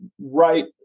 right